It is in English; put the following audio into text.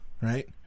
Right